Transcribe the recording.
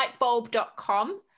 Lightbulb.com